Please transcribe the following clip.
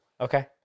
Okay